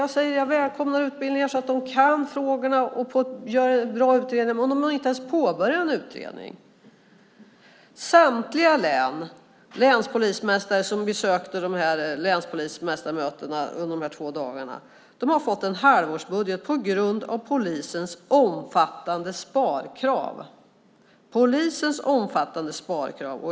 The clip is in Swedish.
Jag säger att jag välkomnar utbildning så att poliserna kan frågorna och gör bra utredningar - men om de inte ens påbörjar en utredning? Samtliga länspolismästare som besökte länspolismästarmötena under de här två dagarna har fått en halvårsbudget på grund av polisens omfattande sparkrav.